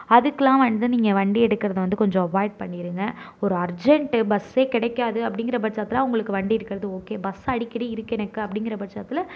அதுக்குலாம் வந்து நீங்கள் வண்டி எடுக்கிறது வந்து கொஞ்சம் அவாய்ட் பண்ணிடுங்க ஒரு அர்ஜென்ட்டு பஸ்ஸே கிடைக்காது அப்படிங்கிறபட்சத்தில் உங்களுக்கு வண்டி எடுக்கிறது ஓகே பஸ் அடிக்கடி இருக்குது எனக்கு அப்படிங்கிறபட்சத்தில்